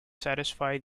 satisfy